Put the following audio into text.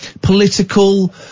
political